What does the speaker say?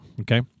Okay